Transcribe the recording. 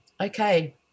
okay